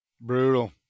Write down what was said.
brutal